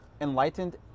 enlightened